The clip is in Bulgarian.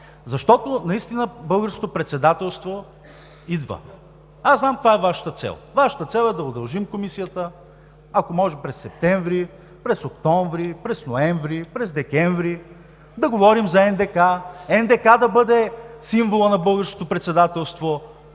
Защо? Защото българското председателство идва. Аз знам каква е Вашата цел. Вашата цел е: да удължим Комисията, ако може през септември, през октомври, през ноември, през декември да говорим за НДК; НДК да бъде символът на българското председателство;